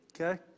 Okay